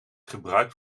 gebruikt